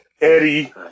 Eddie